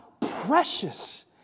precious